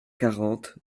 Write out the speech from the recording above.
quarante